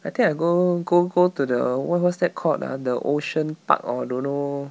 I think I go go go to the what what's that called ah the ocean park or don't know